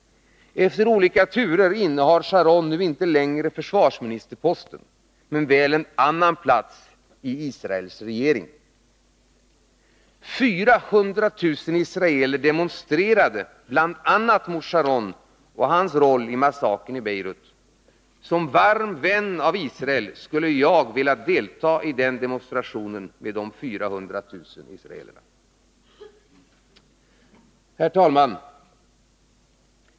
Efter olika turer innehar Sharon nu inte längre försvarsministerposten — men väl en annan plats i Israels regering. 400 000 israeler demonstrerade bl.a. mot Sharon och hans roll i massakern i Beirut. Som varm Israelvän skulle jag ha velat delta i den demonstrationen. Herr talman!